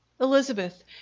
Elizabeth